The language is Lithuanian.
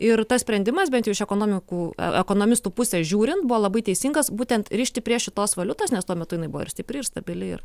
ir tas sprendimas bent jau iš ekonomikų ekonomistų pusės žiūrint buvo labai teisingas būtent rišti prie šitos valiutos nes tuo metu jinai buvo ir stipri ir stabili ir